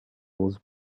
was